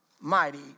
mighty